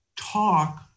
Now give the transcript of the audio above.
Talk